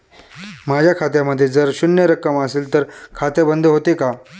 माझ्या खात्यामध्ये जर शून्य रक्कम असेल तर खाते बंद होते का?